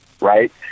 right